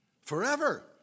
forever